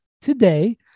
today